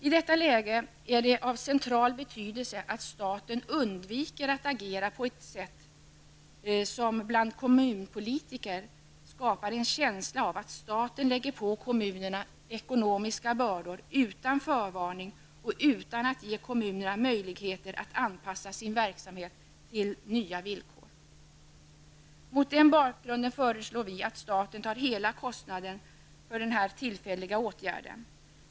I detta läge är det av central betydelse att staten undviker att agera på ett sätt som bland kommunpolitiker skapar en känsla av att staten lägger på kommunerna ekonomiska bördor utan förvarning och utan att ge kommunerna möjligheter att anpassa sin verksamhet till nya villkor. Mot denna bakgrund föreslår vi att staten tar hela kostnaden för denna tillfälliga åtgärd.